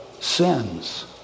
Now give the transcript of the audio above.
sins